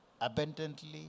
abundantly